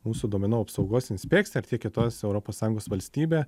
mūsų duomenų apsaugos inspekcija ar tiek kitos europos sąjungos valstybė